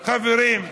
חברים,